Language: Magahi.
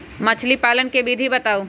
मछली पालन के विधि बताऊँ?